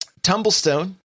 TumbleStone